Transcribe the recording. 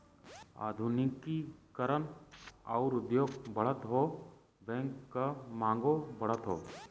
आधुनिकी करण आउर उद्योग बढ़त हौ बैंक क मांगो बढ़त हौ